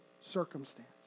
circumstance